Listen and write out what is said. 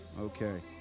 Okay